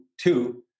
two